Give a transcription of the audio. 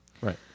Right